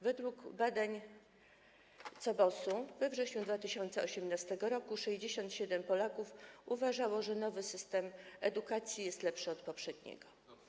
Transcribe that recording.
Według badań CBOS-u we wrześniu 2018 r. 67 Polaków uważało, że nowy system edukacji jest lepszy od poprzedniego.